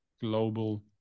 global